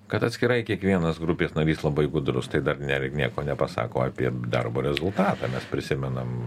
kad atskirai kiekvienas grupės narys labai gudrus tai dar ne ir nieko nepasako apie darbo rezultatą mes prisimenam